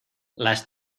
las